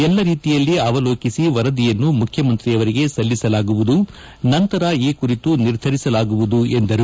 ಎಲ್ಲಾ ರೀತಿಯಲ್ಲಿ ಅವಲೋಕಿಸಿ ವರದಿಯನ್ನು ಮುಖ್ಯಮಂತ್ರಿಯವರಿಗೆ ಸಲ್ಲಿಸಲಾಗುವುದು ನಂತರ ಈ ಕುರಿತು ನಿರ್ಧರಿಸಲಾಗುವುದು ಎಂದರು